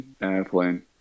Airplane